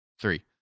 Three